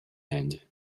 end